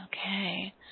Okay